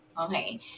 Okay